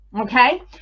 okay